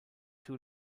two